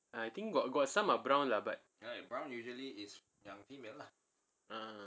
I think got got some are brown lah but ah